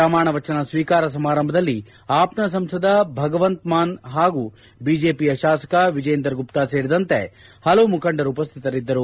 ಪ್ರಮಾಣವಚನ ಸ್ನೀಕಾರ ಸಮಾರಂಭದಲ್ಲಿ ಆಪ್ನ ಸಂಸದ ಭಗವಂತ್ಮಾನ್ ಹಾಗೂ ಬಿಜೆಪಿಯ ಶಾಸಕ ವಿಜೇಂದರ್ ಗುಪ್ತಾ ಸೇರಿದಂತೆ ಪಲವು ಮುಖಂಡರು ಉಪ್ಟಿತರಿದ್ದರು